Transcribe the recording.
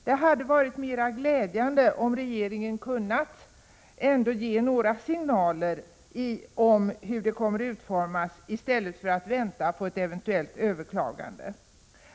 Det hade varit mera glädjande om regeringen ändå kunnat ge några signaler om hur trafiken kommer att utformas i stället för att vänta på ett eventuellt överklagande.